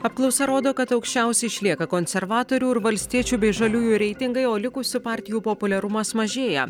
apklausa rodo kad aukščiausi išlieka konservatorių ir valstiečių bei žaliųjų reitingai o likusių partijų populiarumas mažėja